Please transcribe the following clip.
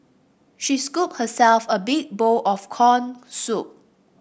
she scooped herself a big bowl of corn soup